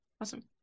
awesome